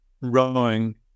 rowing